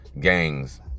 gangs